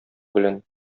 белән